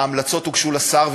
ההמלצות הוגשו לשר,